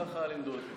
כך לימדו אותי.